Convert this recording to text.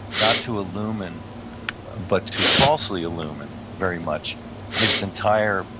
not to illumine but to falsely illumine very much his entire,